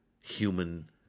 human